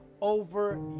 over